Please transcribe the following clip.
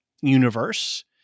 universe